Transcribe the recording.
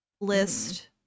list